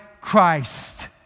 Christ